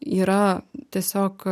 yra tiesiog